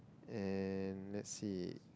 and let's see